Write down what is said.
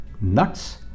nuts